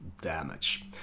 damage